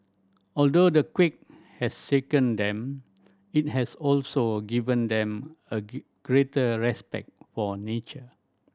although the quake has shaken them it has also given them a greater respect for nature